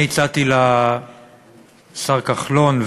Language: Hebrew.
אני הצעתי לשר כחלון,